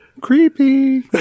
creepy